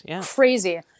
Crazy